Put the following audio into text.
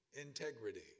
integrity